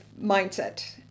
mindset